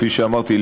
כפי שאמרתי,